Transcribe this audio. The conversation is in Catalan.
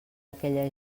aquella